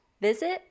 visit